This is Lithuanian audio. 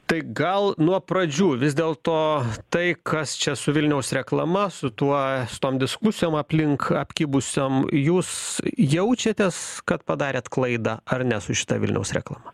tai gal nuo pradžių vis dėlto tai kas čia su vilniaus reklama su tuo su tom diskusijom aplink apkibusiom jūs jaučiatės kad padarėt klaidą ar ne su šita vilniaus reklama